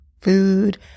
food